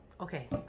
Okay